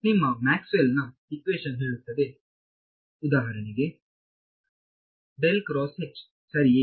ಈಗ ನಿಮ್ಮ ಮ್ಯಾಕ್ಸ್ವೆಲ್ನ ಇಕ್ವೇಶನ್Maxwells equation ಹೇಳುತ್ತದೆ ಉದಾಹರಣೆಗೆ ಸರಿಯೇ